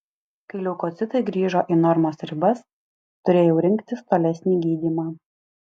kai leukocitai grįžo į normos ribas turėjau rinktis tolesnį gydymą